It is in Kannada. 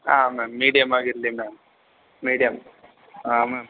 ಹಾಂ ಮ್ಯಾಮ್ ಮೀಡಿಯಮ್ ಆಗಿರಲಿ ಮ್ಯಾಮ್ ಮೀಡಿಯಮ್ ಹಾಂ ಮ್ಯಾಮ್